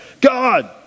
God